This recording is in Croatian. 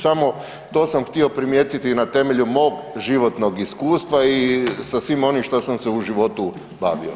Samo to sam htio primijetiti na temelju mog životnog iskustva i sa svim onim što sam u životu bavio.